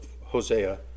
Hosea